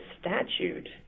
statute